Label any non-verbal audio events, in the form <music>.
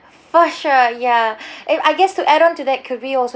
for sure ya <breath> and I guess to add onto that could we also